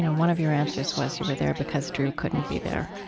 and one of your answers was, you were there, because drew couldn't be there.